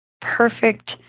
perfect